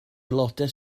aelodau